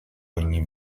ogni